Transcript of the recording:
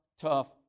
tough